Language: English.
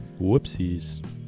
Whoopsies